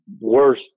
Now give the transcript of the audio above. worse